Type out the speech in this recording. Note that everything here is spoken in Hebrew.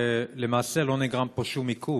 ולמעשה לא נגרם פה שום עיכוב.